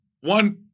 one